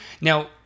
Now